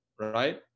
right